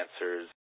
answers